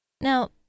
Now